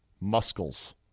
muscles